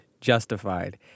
justified